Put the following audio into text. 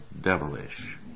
devilish